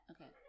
Okay